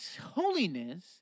holiness